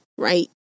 right